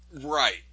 Right